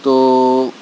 تو